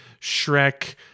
Shrek